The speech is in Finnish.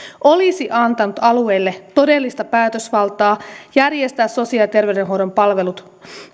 olisi antanut alueille todellista päätösvaltaa järjestää sosiaali ja terveydenhuollon palvelut